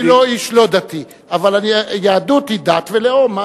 אני לא איש לא-דתי, אבל יהדות היא דת ולאום.